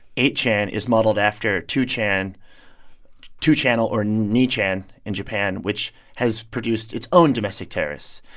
eight chan, is modeled after two chan two channel or ni-chan in japan which has produced its own domestic terrorists.